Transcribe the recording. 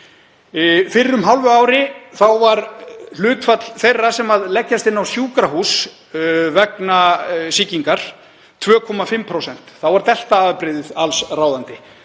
Fyrir um hálfu ári var hlutfall þeirra sem leggjast inn á sjúkrahús vegna sýkingar 2,5%. Þá var delta-afbrigðið allsráðandi.